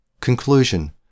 Conclusion